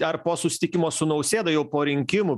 ar po susitikimo su nausėda jau po rinkimų